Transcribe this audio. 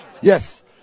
Yes